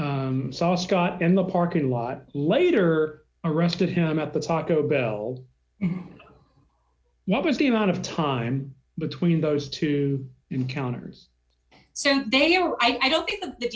saw scott in the parking lot later arrested him at the taco bell that was the amount of time between those two encounters so they were i don't think the